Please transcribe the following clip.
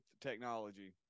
technology